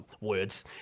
words